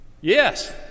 Yes